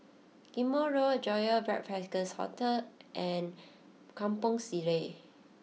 Ghim Moh Road Joyfor Backpackers' Hotel and Kampong Sireh